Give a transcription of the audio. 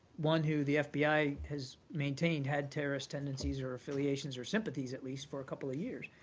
one who the fbi has maintained had terrorist tendencies or affiliations or sympathies, at least, for a couple of years,